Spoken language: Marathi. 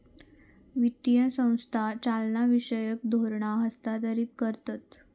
वित्तीय संस्था चालनाविषयक धोरणा हस्थांतरीत करतत